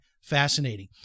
fascinating